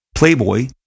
Playboy